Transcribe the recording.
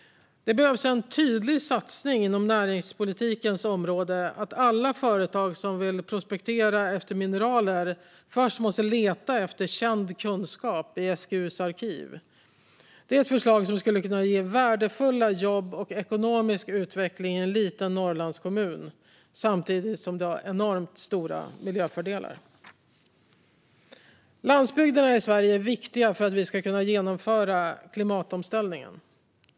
Det behövs en tydlig satsning inom näringspolitikens område som handlar om att alla företag som vill prospektera efter mineraler först måste leta efter känd kunskap i SGU:s arkiv. Det är ett förslag som skulle kunna ge värdefulla jobb och ekonomisk utveckling i en liten Norrlandskommun samtidigt som det har enormt stora miljöfördelar. Landsbygderna i Sverige är viktiga för att vi ska kunna genomföra klimatomställningen.